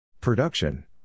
Production